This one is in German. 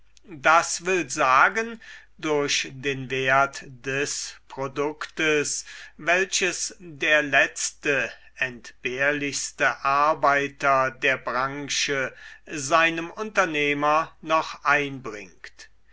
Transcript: das will sagen durch den wert des produktes welches der letzte entbehrlichste arbeiter der branche seinem unternehmer noch einbringt